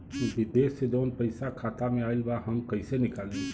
विदेश से जवन पैसा खाता में आईल बा हम कईसे निकाली?